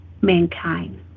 mankind